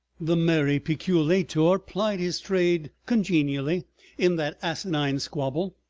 the merry peculator plied his trade congenially in that asinine squabble,